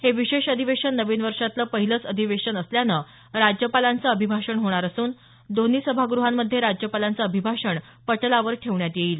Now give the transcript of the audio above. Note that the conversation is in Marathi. हे विशेष अधिवेशन नवीन वर्षातलं पहिलंच अधिवेशन असल्यानं राज्यपालांचं अभिभाषण होणार असून दोन्ही सभागृहामध्ये राज्यपालांचं अभिभाषण पटलावर ठेवण्यात येईल